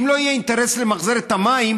אם לא יהיה אינטרס למחזר את המים,